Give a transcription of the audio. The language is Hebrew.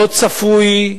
לא צפוי,